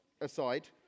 Aside